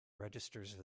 registers